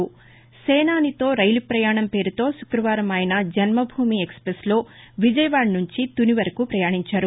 సేనానితో రైలు పయాణం పేరుతో శుక్రవారం ఆయన జన్మభూమి ఎక్స్పెస్లో విజయవాడ నుంచి తుని వరకు ప్రయాణించారు